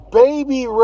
baby